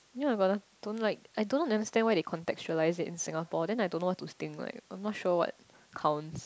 ya but I don't like I don't like understand why they contextualised it in Singapore then I don't know what to think like I'm not sure what counts